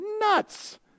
nuts